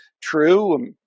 true